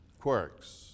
quirks